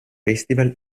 festival